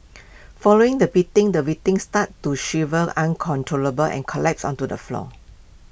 following the beating the victim started to shiver uncontrollably and collapsed onto the floor